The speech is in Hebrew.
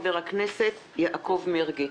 חבר הכנסת יעקב מרגי.